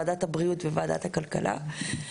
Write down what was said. ועדת הבריאות וועדת הכלכלה.